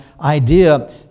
idea